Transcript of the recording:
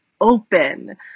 open